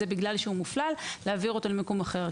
בגלל שהוא מופלל להעביר אותו למקום אחר,